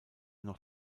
noch